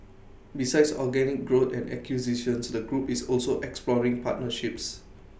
besides organic growth and acquisitions the group is also exploring partnerships